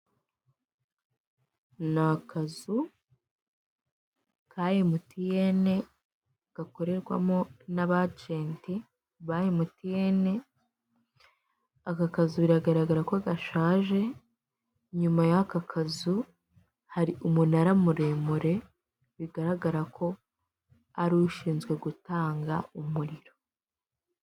Ni akazu ka emutiyene gakorerwamo n'abajenti ba emutiyene, aka kazu biragaragara ko gashaje, inyuma y'aka kazu hari umunara muremure bigaragara ko ari ushinzwe gutanga umuriro.